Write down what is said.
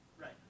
Right